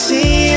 See